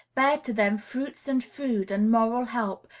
bear to them fruits and food, and moral help,